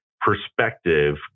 perspective